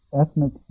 ethnic